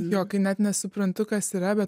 jo kai net nesuprantu kas yra bet